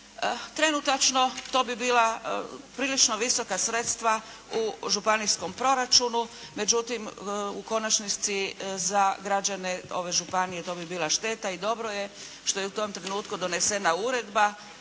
Trenutačno to bi bila prilično visoka sredstva u županijskom proračunu. Međutim, u konačnici za građane ove županije to bi bila šteta i dobro je što je u tom trenutku donesena uredba